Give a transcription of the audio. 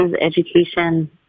education